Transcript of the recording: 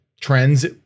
trends